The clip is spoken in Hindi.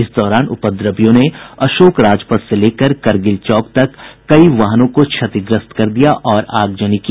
इस दौरान उपद्रवियों ने अशोक राजपथ से लेकर करगिल चौक तक कई वाहनों को क्षतिग्रस्त कर दिया और अगजनी की